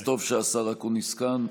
אז טוב שהשר אקוניס כאן.